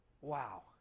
wow